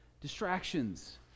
distractions